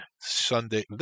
Sunday